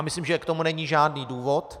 Myslím, že k tomu není žádný důvod.